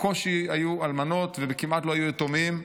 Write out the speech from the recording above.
בקושי היו אלמנות וכמעט לא היו יתומים.